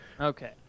okay